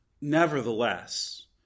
Nevertheless